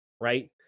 right